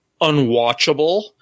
unwatchable